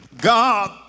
God